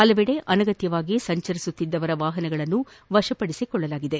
ಪಲವೆಡೆ ಅನಗತ್ತವಾಗಿ ಸಂಚರಿಸುತ್ತಿದ್ದವರ ವಾಪನಗಳನ್ನು ವಶಪಡಿಸಿಕೊಳ್ಳಲಾಗಿದೆ